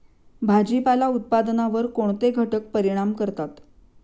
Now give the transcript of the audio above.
भाजीपाला उत्पादनावर कोणते घटक परिणाम करतात?